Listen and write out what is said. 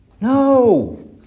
No